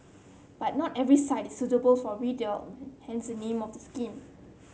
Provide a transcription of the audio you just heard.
but not every site is suitable for hence the name of the scheme